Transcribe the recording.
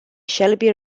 shelby